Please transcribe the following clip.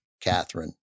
Catherine